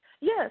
Yes